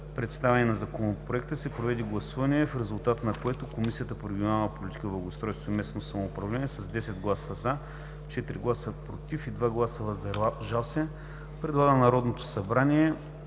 представянето на Законопроекта се проведе гласуване, в резултат на което Комисията по регионална политика, благоустройство и местно самоуправление с 10 гласа – „за”, 4 гласа – „против”, и 2 гласа – “въздържали се”, предлага на Народното събрание